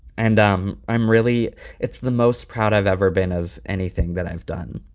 and i'm i'm really it's the most proud i've ever been of anything that i've done.